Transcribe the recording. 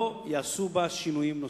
לא ייעשו בה שינויים נוספים,